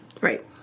right